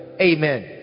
Amen